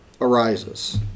arises